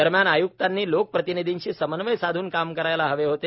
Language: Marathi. दरम्यान आय्क्तांनी लोकप्रतिनीधीशी समन्वय साधून काम करायला हवे होते